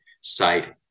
site